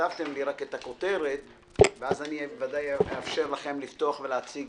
כתבתם לי רק את הכותרת ואז בוודאי אאפשר לכם לפתוח ולהציג